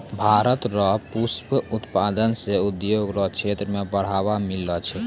भारत रो पुष्प उत्पादन से उद्योग रो क्षेत्र मे बढ़ावा मिललो छै